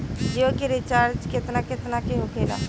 जियो के रिचार्ज केतना केतना के होखे ला?